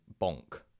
bonk